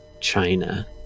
China